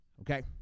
Okay